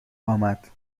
آمد